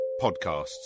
podcasts